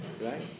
right